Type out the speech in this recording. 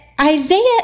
Isaiah